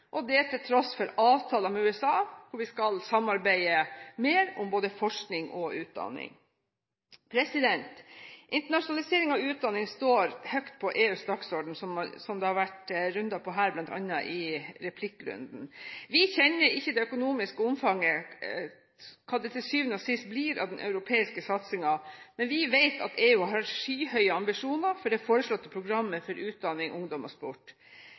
det til tross for avtaler med USA, der vi skal samarbeide mer om både forskning og utdanning. Internasjonalisering av utdanning står høyt på EUs dagsorden, som det har vært sagt her, bl.a. i replikkordskiftet. Vi kjenner ikke det økonomiske omfanget av den europeiske satsingen – hva det til syvende og sist blir – men vi vet at EU har skyhøye ambisjoner for det foreslåtte programmet for utdanning, ungdom og sport.